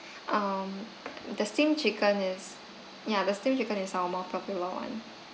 um the steamed chicken is ya the steamed chicken is our more popular one